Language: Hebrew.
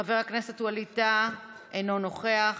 חבר הכנסת ווליד טאהא, אינו נוכח,